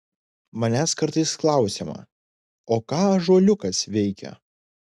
manęs kartais klausiama o ką ąžuoliukas veikia